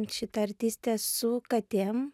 šita artistė su katėm